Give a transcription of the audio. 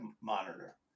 monitor